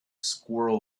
squirrel